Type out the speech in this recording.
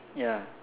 ya